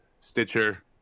Stitcher